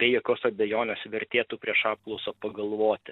be jokios abejonės vertėtų prieš apklausą pagalvoti